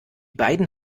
beiden